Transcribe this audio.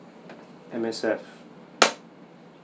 M_S_F